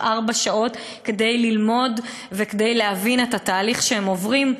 ארבע שעות כדי ללמוד וכדי להבין את התהליך שהם עוברים,